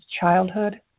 childhood